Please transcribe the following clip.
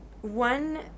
One